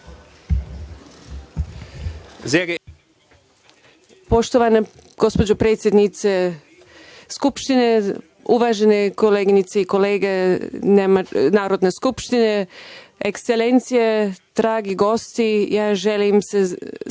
Poštovana gospođo predsednice Skupštine, uvažene koleginice i kolege Narodne skupštine, ekselencije, dragi gosti, želim srdačno